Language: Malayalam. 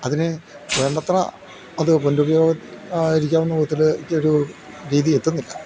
അതിന് വേണ്ടത്ര അത് പണ്ട് ഉപയോഗം ആയിരിക്കാവുന്ന വിധത്തിലേക്ക് ഒരു രീതി എത്തുന്നില്ല